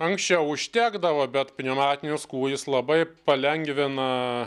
anksčiau užtekdavo bet pneumatinis kūjis labai palengvina